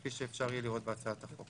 כפי שאפשר יהיה לראות בהצעת החוק.